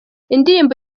indirimbo